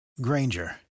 Granger